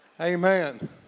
Amen